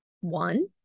one